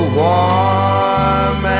warm